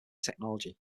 technology